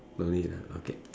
no need ah okay